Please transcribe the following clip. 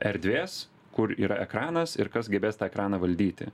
erdvės kur yra ekranas ir kas gebės tą ekraną valdyti